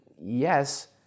yes